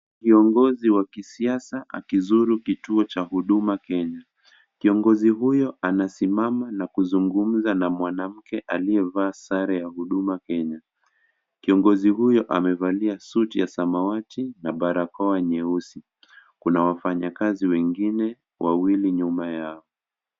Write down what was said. Kiongozi wa kisiasa akizuru kituo cha huduma Kenya. Kiongozi huyo anasimama akizungumza na mwanamke aliyevaa sare ya Huduma Kenya. KIongozi huyo amevalia suti ya samawati na barakoa nyeusi. Kuna wafanyakazi wengine wawili nyuma yao.